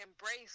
embrace